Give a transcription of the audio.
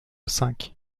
cinq